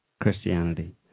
Christianity